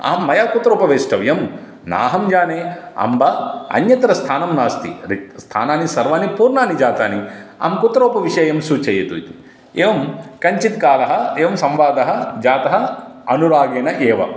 आं मया कुत्र उपवेष्टव्यं नाहं जाने अम्ब अन्यत्र स्थानं नास्ति रिक्तं स्थानानि सर्वाणि पूर्णानि जातानि अहं कुत्र उपविशेयं सूचयतु इति एवं कञ्चित् कालम् एवं संवादः जातः अनुरागेण एव